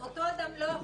אותו אדם לא יכול להיכנס.